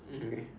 mm okay